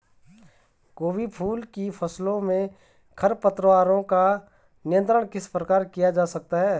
गोभी फूल की फसलों में खरपतवारों का नियंत्रण किस प्रकार किया जा सकता है?